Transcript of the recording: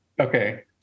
okay